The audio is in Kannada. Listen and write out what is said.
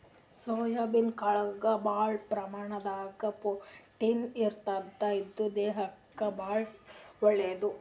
ಸೋಯಾಬೀನ್ ಕಾಳ್ದಾಗ್ ಭಾಳ್ ಪ್ರಮಾಣದಾಗ್ ಪ್ರೊಟೀನ್ ಇರ್ತದ್ ಇದು ದೇಹಕ್ಕಾ ಭಾಳ್ ಒಳ್ಳೇದ್